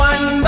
One